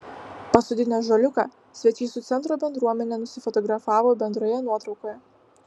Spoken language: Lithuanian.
pasodinę ąžuoliuką svečiai su centro bendruomene nusifotografavo bendroje nuotraukoje